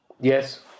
Yes